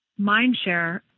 Mindshare